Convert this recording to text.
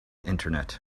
internet